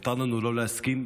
מותר לנו לא להסכים.